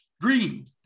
Green